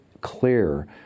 clear